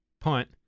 punt